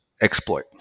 exploit